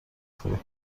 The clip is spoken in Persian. فروخت